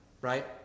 Right